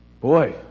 Boy